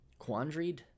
quandried